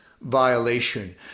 violation